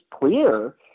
clear